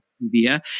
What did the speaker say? via